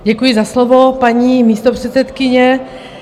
Děkuji za slovo, paní místopředsedkyně.